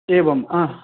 एवं हा